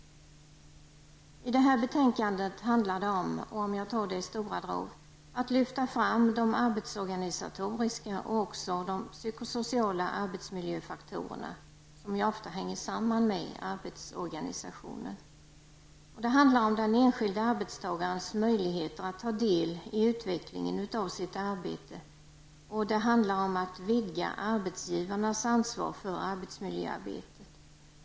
I detta betänkande handlar det i stora drag om att lyfta fram de arbetsorganisatoriska och psykosociala arbetsmiljöfaktorerna, som ofta hänger samman med arbetsorganisationen. Det handlar om den enskilde arbetstagarens möjligheter att ta del i utvecklingen av sitt arbete, och det handlar om att vidga arbetsgivarnas ansvar för arbetsmiljöarbetet.